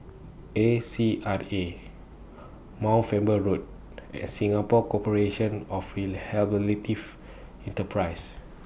A C R A Mount Faber Road and Singapore Corporation of Enterprises